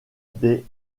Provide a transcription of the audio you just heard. des